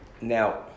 Now